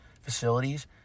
facilities